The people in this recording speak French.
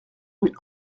rue